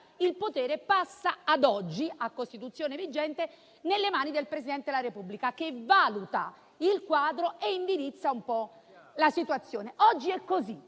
il potere passa - ad oggi, a Costituzione vigente - nelle mani del Presidente della Repubblica che valuta il quadro e indirizza un po' la situazione. Oggi è così.